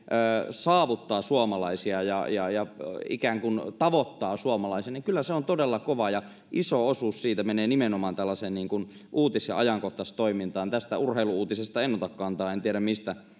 saavuttaa suomalaisia ja ja ikään kuin tavoittaa suomalaisen niin kyllä se on todella kova ja iso osuus siitä menee nimenomaan tällaiseen uutis ja ajankohtaistoimintaan urheilu uutisiin en ota kantaa en tiedä mistä